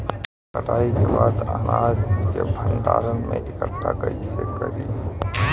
कटाई के बाद अनाज के भंडारण में इकठ्ठा कइसे करी?